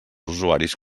usuaris